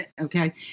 Okay